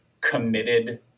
committed